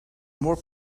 more